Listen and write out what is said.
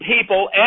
people